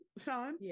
Sean